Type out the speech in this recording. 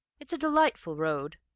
it's a delightful road,